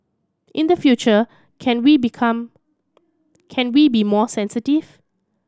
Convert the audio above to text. in the future can we become can we be more sensitive